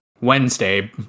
Wednesday